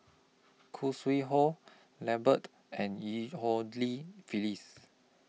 Khoo Sui Hoe Lambert and EU Ho Li Phyllis